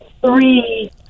three